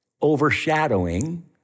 overshadowing